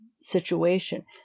situation –